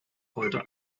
heute